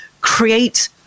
create